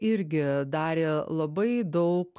irgi darė labai daug